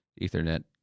Ethernet